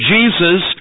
Jesus